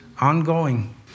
ongoing